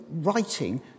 writing